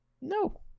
No